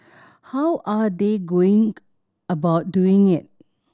how are they going about doing it